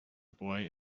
boy